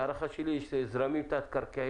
ההערכה שלי היא שיש זרמים תת-קרקעיים,